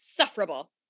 insufferable